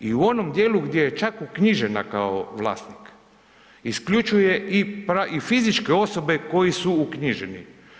I u onom djelu gdje je čak uknjižena kao vlasnik, isključuje i fizičke osobe koji su uknjiženi.